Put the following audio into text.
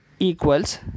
equals